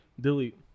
Delete